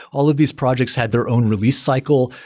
all of these projects had their own release cycle.